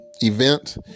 event